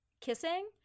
kissing